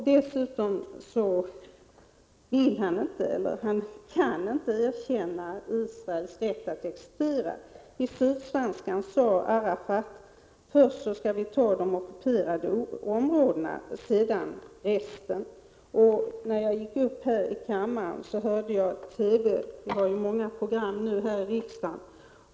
Dessutom kan han inte erkänna Israels rätt att existera. Enligt Sydsvenska Dagbladet sade Arafat att ”först skall vi ta de ockuperade områdena, sedan resten”. Innan jag gick upp här till kammaren såg jag på TV — vi har ju nu många program här i riksdagen.